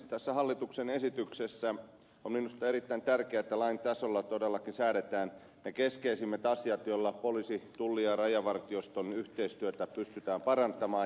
tässä hallituksen esityksessä on minusta erittäin tärkeätä että lain tasolla todellakin säädetään ne keskeisimmät asiat joilla poliisin tullin ja rajavartioston yhteistyötä pystytään parantamaan